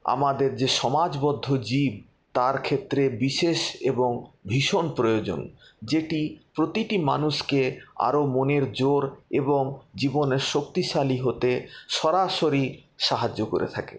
আমাদের যে সমাজবদ্ধ জীব তার ক্ষেত্রে বিশেষ এবং ভীষণ প্রয়োজন যেটি প্রতিটি মানুষকে আরো মনের জোর এবং জীবনে শক্তিশালী হতে সরাসরি সাহায্য করে থাকে